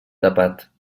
tapat